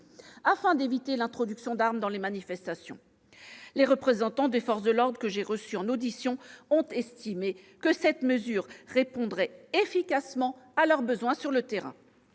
afin d'éviter l'introduction d'armes dans les manifestations. Les représentants des forces de l'ordre que j'ai reçus en audition ont estimé que cette mesure répondrait efficacement à leurs besoins sur le terrain.